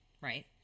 right